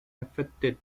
affected